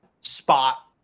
spot